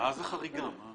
השני.